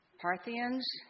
Parthians